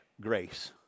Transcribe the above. grace